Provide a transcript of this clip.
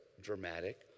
dramatic